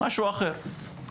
משהו אחר.